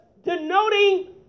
Denoting